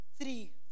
Three